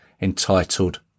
entitled